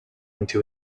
into